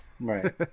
Right